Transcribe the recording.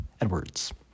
Edwards